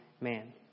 man